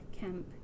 camp